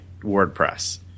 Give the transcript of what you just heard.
WordPress